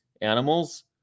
animals